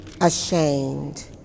ashamed